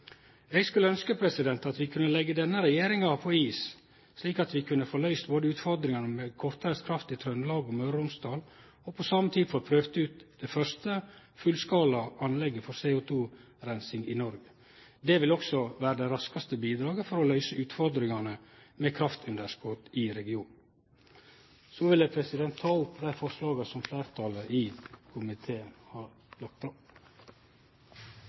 Eg skulle ønskje at vi kunne leggje denne regjeringa på is, slik at vi kunne få løyst både utfordringane med Kortreist kraft i Trøndelag og Møre og Romsdal, og på same tid få prøvd ut det første fullskala anlegget for CO2-reinsing i Noreg. Det ville også vere det raskaste bidraget for å løyse utfordringane med kraftunderskot i regionen. Så vil eg tilrå innstillinga frå fleirtalet i komiteen. Først vil jeg bare gi uttrykk for at jeg har